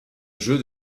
jeu